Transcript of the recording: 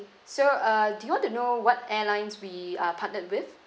so uh do you want to know what airlines we uh partnered with